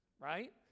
right